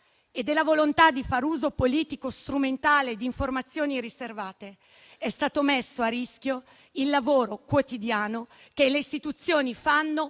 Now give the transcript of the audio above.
e della volontà di far uso politico e strumentale di informazioni riservate, è stato messo a rischio il lavoro quotidiano che le istituzioni fanno